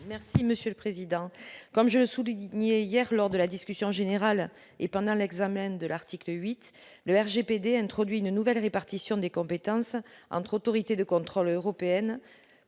Mme Maryse Carrère. Comme je le soulignais hier lors de la discussion générale et pendant l'examen de l'article 8, le RGPD introduit une nouvelle répartition des compétences entre autorités de contrôles européennes